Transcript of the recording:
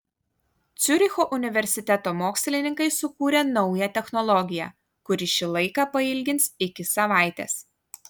ciuricho universiteto mokslininkai sukūrė naują technologiją kuri šį laiką pailgins iki savaitės